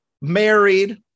married